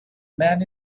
man